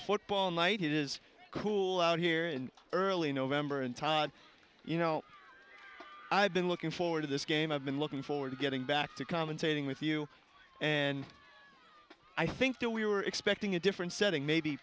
football night it is cool out here in early november and time you know i've been looking forward to this game i've been looking forward to getting back to commentating with you and i think we were expecting a different setting maybe